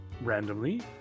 randomly